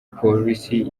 polisi